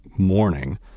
Morning